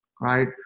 right